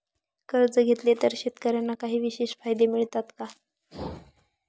कर्ज घेतले तर शेतकऱ्यांना काही विशेष फायदे मिळतात का?